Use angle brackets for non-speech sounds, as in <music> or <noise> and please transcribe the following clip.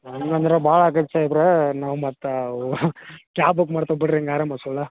ಹಂಗಂದರೆ ಭಾಳ ಆಕೇತಿ ಸಾಹೇಬ್ರೇ ನಾವು ಮತ್ತೆ ಕ್ಯಾಬ್ ಬುಕ್ ಮಾಡೇವೆ ಬಿಡ್ರಿ ಹಿಂಗೆ ಆರೆ ಮತ್ತೆ <unintelligible>